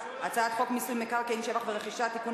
הצעת חוק מיסוי מקרקעין (שבח ורכישה) (תיקון,